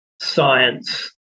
science